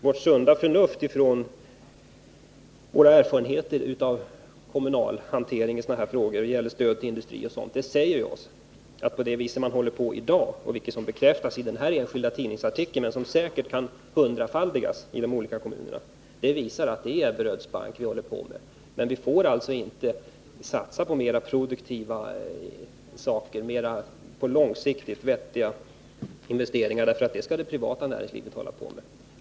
Mot bakgrund av våra erfarenheter av kommunal hantering i sådana här frågor om stöd till industrier m.m. säger oss vårt sunda förnuft att det man håller på med i dag, vilket bekräftas i den här enskilda tidningsartikeln — som säkert kan hundrafaldigas i de olika kommunerna -— visar att det är Ebberöds Bank vi driver. Vi får alltså inte satsa på mera produktiva saker, på långsiktigt mer vettiga investeringar, därför att sådant skall det privata näringslivet syssla med.